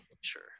sure